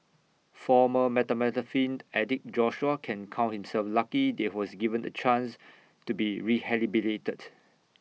former methamphetamine addict Joshua can count himself lucky that he was given A chance to be rehabilitated